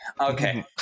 okay